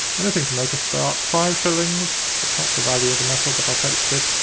anything to make a start. five shillings? it's not the value of the metal, but i'll take the bid.